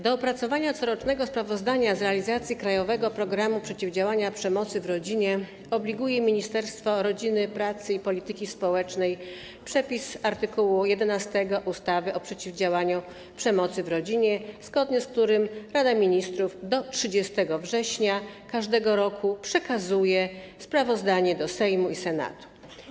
Do opracowania corocznego sprawozdania z realizacji „Krajowego programu przeciwdziałania przemocy w rodzinie” obliguje Ministerstwo Rodziny, Pracy i Polityki Społecznej przepis art. 11 ustawy o przeciwdziałaniu przemocy w rodzinie, zgodnie z którym Rada Ministrów do 30 września każdego roku przekazuje sprawozdanie do Sejmu i Senatu.